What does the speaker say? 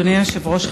אדוני היושב-ראש,